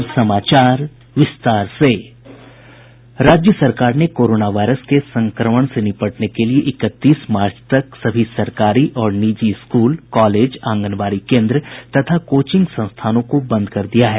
राज्य सरकार ने कोरोना वायरस के संकमण से निपटने के लिए इकतीस मार्च तक सभी सरकारी और निजी स्कूल कॉलेज आंगनबाड़ी केंद्रों तथा कोचिंग संस्थानों को बंद कर दिया है